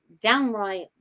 downright